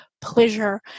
pleasure